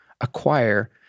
acquire